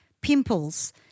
pimples